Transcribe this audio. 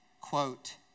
quote